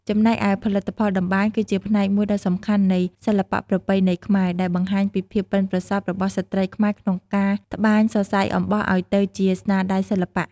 ចំណែកឯផលិតផលតម្បាញ គឺជាផ្នែកមួយដ៏សំខាន់នៃសិល្បៈប្រពៃណីខ្មែរ ដែលបង្ហាញពីភាពប៉ិនប្រសប់របស់ស្ត្រីខ្មែរក្នុងការត្បាញសរសៃអំបោះឱ្យទៅជាស្នាដៃសិល្បៈ។